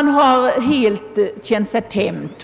där har känt sig hämmad.